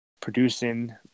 producing